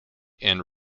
and